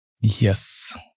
Yes